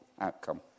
outcome